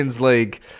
League